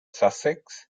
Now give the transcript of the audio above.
sussex